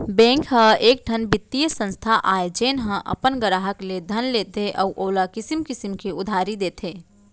bank ह एकठन बित्तीय संस्था आय जेन ह अपन गराहक ले धन लेथे अउ ओला किसम किसम के उधारी देथे